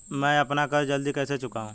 मैं अपना कर्ज जल्दी कैसे चुकाऊं?